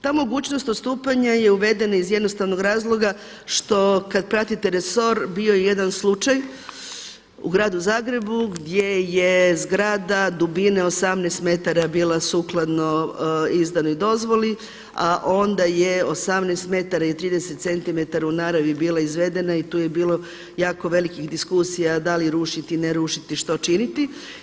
Ta mogućnost odstupanja je uvedena iz jednostavnog razloga što kad pratite resor bio je jedan slučaj u gradu Zagrebu gdje je zgrada dubine 18 m bila sukladno izdanoj dozvoli, a onda je 18 m i 30 cm u naravi bila izvedena i tu je bilo jako velikih diskusija da li rušiti, ne rušiti, što činiti.